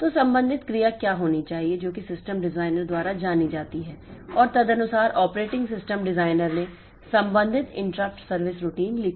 तो संबंधित क्रिया क्या होनी चाहिए जो कि सिस्टम डिजाइनर द्वारा जानी जाती है और तदनुसार ऑपरेटिंग सिस्टम डिजाइनर ने संबंधित इंटरप्ट सर्विस रूटीन लिखी है